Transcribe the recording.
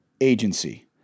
agency